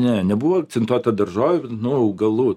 ne nebuvo akcentuota daržo nu augalų